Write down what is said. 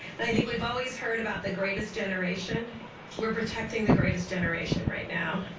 and i think we've always heard about the greatest generation we're protecting the greatest generation right now.